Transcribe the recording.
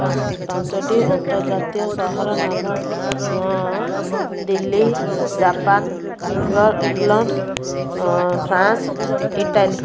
ପାଞ୍ଚଟି ଅନ୍ତର୍ଜାତୀୟ ସହରର ନାମ Delhi Japan England France Italy